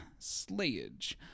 slayage